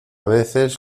veces